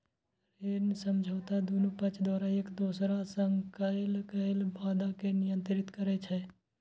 ऋण समझौता दुनू पक्ष द्वारा एक दोसरा सं कैल गेल वादा कें नियंत्रित करै छै